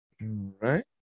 Right